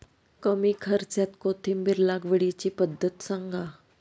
कमी खर्च्यात कोथिंबिर लागवडीची पद्धत सांगा